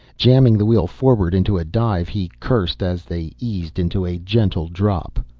jamming the wheel forward into a dive he cursed as they eased into a gentle drop.